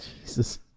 Jesus